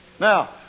Now